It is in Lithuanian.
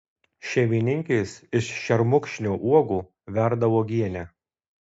šeimininkės iš šermukšnio uogų verda uogienę